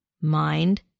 mind